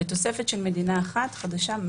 ותוספת של מדינה אחת חדשה,